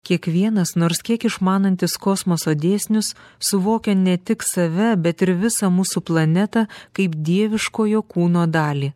kiekvienas nors kiek išmanantis kosmoso dėsnius suvokia ne tik save bet ir visą mūsų planetą kaip dieviškojo kūno dalį